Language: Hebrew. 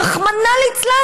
רחמנא ליצלן,